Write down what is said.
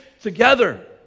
together